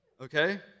Okay